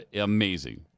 amazing